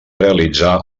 realitzar